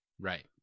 Right